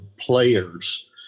players